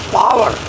power